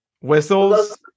whistles